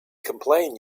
complain